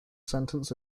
sentence